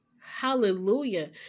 hallelujah